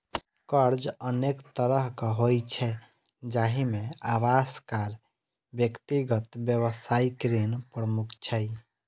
कर्ज अनेक तरहक होइ छै, जाहि मे आवास, कार, व्यक्तिगत, व्यावसायिक ऋण प्रमुख छै